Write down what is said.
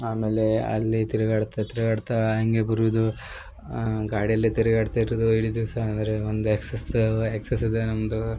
ಆಮೇಲೆ ಅಲ್ಲಿ ತಿರುಗಾಡ್ತ ತಿರುಗಾಡ್ತ ಹಂಗೆ ಬರುವುದು ಗಾಡಿಯಲ್ಲಿ ತಿರುಗಾಡ್ತ ಇರುವುದು ಇಡೀ ದಿವಸ ಅಂದರೆ ಒಂದು ಎಕ್ಸಸ್ ಎಕ್ಸೆಸ್ ಇದೆ ನಮ್ಮದು